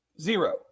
zero